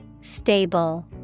Stable